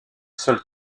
seul